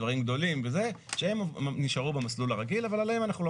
דברים גדולים שהם נשארו במסלול הרגיל אבל עליהם אנחנו לא